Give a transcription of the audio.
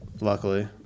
Luckily